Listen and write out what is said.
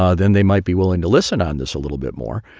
ah then they might be willing to listen on this a little bit more.